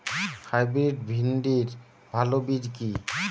Hybrid ভিন্ডির ভালো বীজ কি?